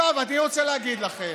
אני רוצה להגיד לכם,